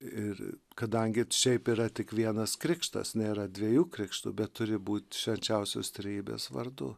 ir kadangi šiaip yra tik vienas krikštas nėra dviejų krikštų bet turi būt švenčiausios trejybės vardu